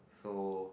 so